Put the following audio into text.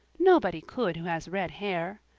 nobody could who has red hair.